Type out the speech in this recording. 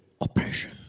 oppression